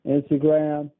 Instagram